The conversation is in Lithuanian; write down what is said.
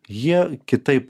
jie kitaip